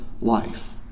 life